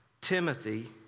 Timothy